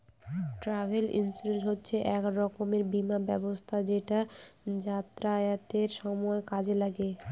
travel insurance হচ্ছে এক রকমের বীমা ব্যবস্থা যেটা যাতায়াতের সময় কাজে লাগে